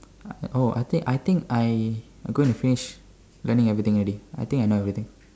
oh I think I think I am gonna finish learning everything already I think I know everything